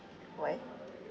why